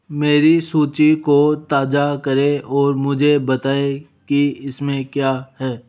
मेरी सूची को ताजा करें और मुझे बताएँ कि इसमें क्या है